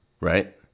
Right